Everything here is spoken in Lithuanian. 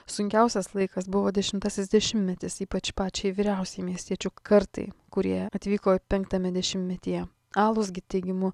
sunkiausias laikas buvo dešimtasis dešimtmetis ypač pačiai vyriausiai miestiečių kartai kurie atvyko penktame dešimtmetyje alos git teigimu